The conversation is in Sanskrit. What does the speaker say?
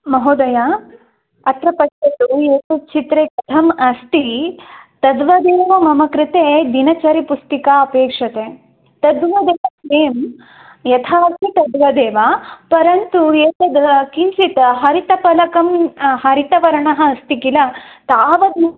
महोदया अत्र पश्यतु एतत् चित्रे कथम् अस्ति तद्वदेव मम कृते दिनचरीपुस्तिका अपेक्षते तद्वदेव नें यथा अस्ति तद्वदेव परन्तु एतद् किञ्चित् हरितफलकं हरितवर्णः अस्ति किल तावद्